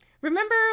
Remember